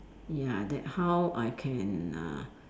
ya that how I can uh